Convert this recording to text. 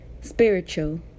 Spiritual